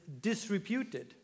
disreputed